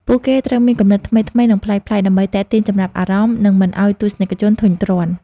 ពួកគេត្រូវមានគំនិតថ្មីៗ និងប្លែកៗដើម្បីទាក់ទាញចំណាប់អារម្មណ៍ និងមិនឱ្យទស្សនិកជនធុញទ្រាន់។